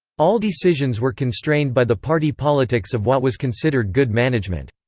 all decisions were constrained by the party politics of what was considered good management.